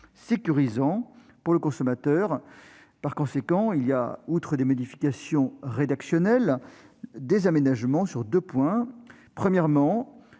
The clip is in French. sécurisant pour le consommateur. Par conséquent, outre des modifications rédactionnelles, le texte prévoit des aménagements sur deux points. Premièrement,